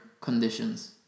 conditions